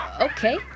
okay